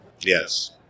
yes